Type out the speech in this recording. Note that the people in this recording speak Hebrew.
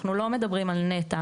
אנחנו לא מדברים על נת"ע,